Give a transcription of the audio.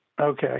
Okay